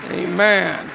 amen